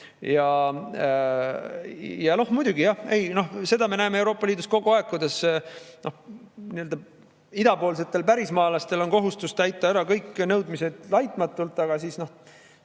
Ja muidugi seda me näeme Euroopa Liidus kogu aeg, kuidas idapoolsetel pärismaalastel on kohustus täita ära kõik nõudmised laitmatult, aga nutikamad